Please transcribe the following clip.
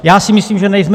Já si myslím, že nejsme.